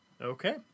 Okay